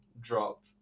drop